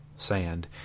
sand